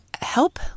help